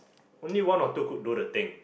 only one or two could do the thing